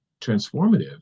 transformative